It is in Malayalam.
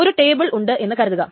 ഒരു ടേബിൾ ഉണ്ട് എന്നു കരുതുക